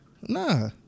Nah